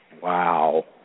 Wow